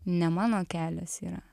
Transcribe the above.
ne mano kelias yra